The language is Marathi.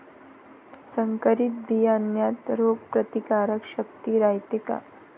संकरित बियान्यात रोग प्रतिकारशक्ती रायते का?